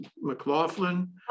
McLaughlin